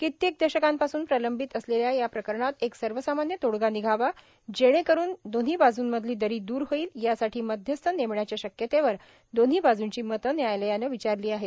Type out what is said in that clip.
कित्येक दशकांपासून प्रलंबित असलेल्या या प्रकरणात एक सर्वमान्य तोडगा निघावा जेणे करून दोन्ही बाजूंमधली दरी दूर होईल यासाठी मध्यस्थ नेमण्याच्या शक्यतेवर दोन्ही बाजूंची मतं न्यायालयानं विचारली आहे